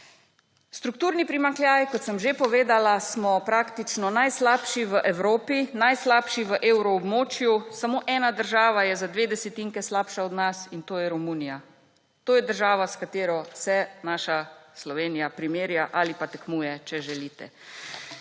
Strukturni primanjkljaj – kot sem že povedala, smo praktično najslabši v Evropi, najslabši v evroobmočju. Samo ena država je za dve desetinki slabša od nas in to je Romunija. To je država, s katero se naša Slovenija primerja ali pa tekmuje, če želite.